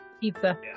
pizza